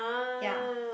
ya